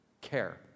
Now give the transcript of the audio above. care